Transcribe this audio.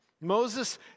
Moses